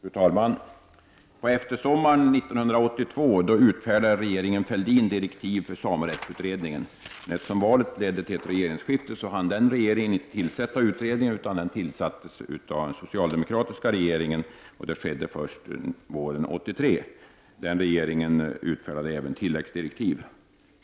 Fru talman! På eftersommaren 1982 utfärdade regeringen Fälldin direktiv för samerättsutredningen. Eftersom valet ledde till regeringsskifte hann den regeringen inte tillsätta utredningen. Den tillsattes i stället av den socialdemokratiska regeringen, vilket skedde först våren 1983. Den regeringen utfärdade även tilläggsdirektiv.